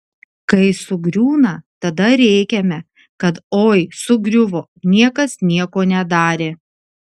kai sugriūna tada rėkiame kad oi sugriuvo niekas nieko nedarė